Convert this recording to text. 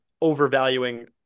overvaluing